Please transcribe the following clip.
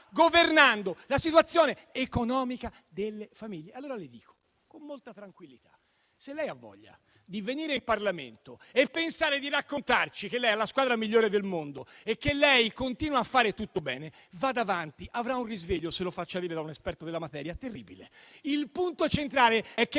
governando la situazione economica delle famiglie. Allora le dico, con molta tranquillità, che, lei ha voglia di venire in Parlamento e pensare di raccontarci che lei ha la squadra migliore del mondo e continua a fare tutto bene, vada avanti, avrà un risveglio - se lo faccia dire da un esperto della materia - terribile. Il punto centrale è che